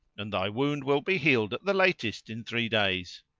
and thy wound will be healed at the latest in three days.